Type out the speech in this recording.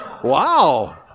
Wow